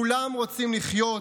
כולם רוצים לחיות,